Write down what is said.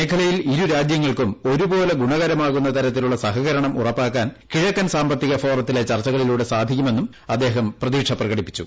മേഖലയിൽ ഇരുരാജ്യങ്ങൾക്കും ഒരുപോലെ ഗുണകരമാകുന്ന തരത്തിലുള്ള സഹകരണം ഉറപ്പാക്കാൻ കിഴക്കൻ സാമ്പത്തിക ഫോറത്തിലെ ചർച്ചുകളിലൂടെ സാധിക്കുമെന്നും അദ്ദേഹം പ്രതീക്ഷ പ്രകടിപ്പിച്ചു